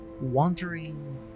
wandering